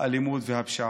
האלימות והפשיעה.